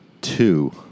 two